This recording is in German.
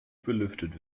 belüftet